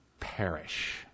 perish